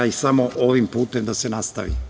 Samo ovim putem da se nastavi.